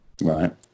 Right